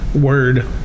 word